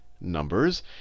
numbers